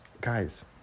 guys